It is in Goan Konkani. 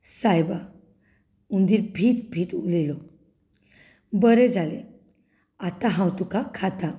सायबा हुंदीर भियेत भियेत उलयलो बरें जालें आतां हांव तुका खातां